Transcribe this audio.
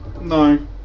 No